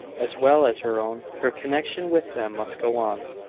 as well as her own, her connection with them must go on.